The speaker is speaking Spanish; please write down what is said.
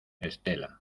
estela